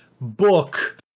book